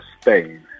Spain